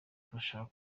turashaka